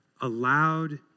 allowed